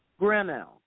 Grenell